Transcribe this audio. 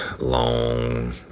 long